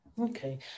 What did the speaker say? Okay